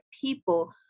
people